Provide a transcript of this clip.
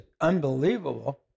unbelievable